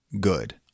good